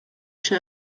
czy